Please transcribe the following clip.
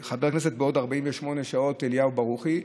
בעוד 48 שעות זה חבר הכנסת אליהו ברוכי.